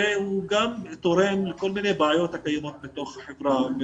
הוא גם תורם לכל מיני בעיות הקיימות בתוך החברה.